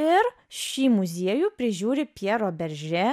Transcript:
ir šį muziejų prižiūri pjero beržė